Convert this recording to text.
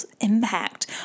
impact